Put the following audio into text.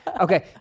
Okay